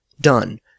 done